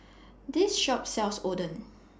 This Shop sells Oden